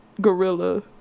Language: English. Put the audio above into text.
gorilla